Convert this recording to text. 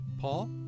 Paul